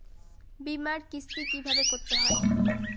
বিমার কিস্তি কিভাবে করতে হয়?